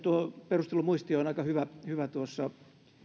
perustelumuistio on aika hyvä tuossa